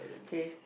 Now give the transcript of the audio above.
K